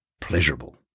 Pleasurable